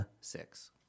six